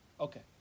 Okay